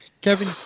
Kevin